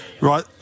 right